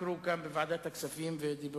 כדי לפגוע בדמי האבטלה ובשאר השירותים של מדינת